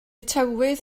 tywydd